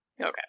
Okay